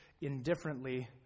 indifferently